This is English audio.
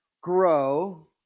Grow